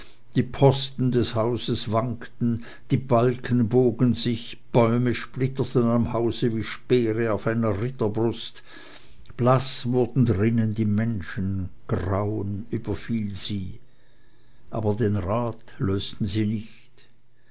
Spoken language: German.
die posten des hauses wankten die balken bogen sich bäume splitterten am hause wie speere auf einer ritterbrust blaß wurden drinnen die menschen grauen überfiel sie aber den rat lösten sie nicht